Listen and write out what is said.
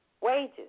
wages